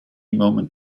moment